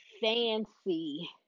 fancy